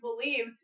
believe